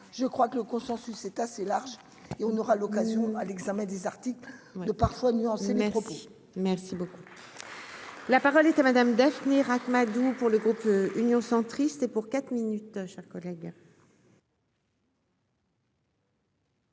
je crois que le consensus est assez large et on aura l'occasion à l'examen des articles de parfois nuancés mercredi. Merci beaucoup, la parole est à madame daphné Ract-Madoux pour le groupe. Union centriste et pour quatre minutes chers collègues.